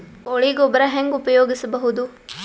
ಕೊಳಿ ಗೊಬ್ಬರ ಹೆಂಗ್ ಉಪಯೋಗಸಬಹುದು?